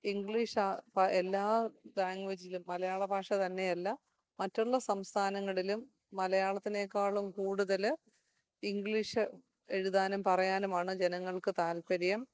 English എല്ലാ ലാംഗ്വേജിലും മലയാളഭാഷ തന്നെയല്ല മറ്റുള്ള സംസ്ഥാനങ്ങളിലും മലയാളത്തിനേക്കാളും കൂടുതൽ ഇംഗ്ലീഷ് എഴുതാനും പറയാനുമാണ് ജനങ്ങൾക്ക് താല്പര്യം